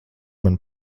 man